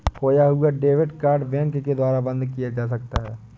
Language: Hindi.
खोया हुआ डेबिट कार्ड बैंक के द्वारा बंद किया जा सकता है